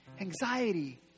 anxiety